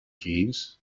jeeves